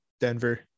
Denver